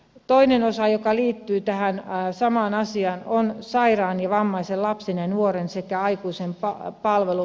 toinen osa joka liittyy tähän samaan asiaan on sairaan ja vammaisen lapsen ja nuoren sekä aikuisen palveluprosessi